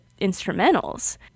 instrumentals